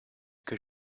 que